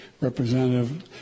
representative